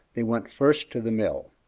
they went first to the mill.